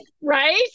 Right